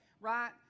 Right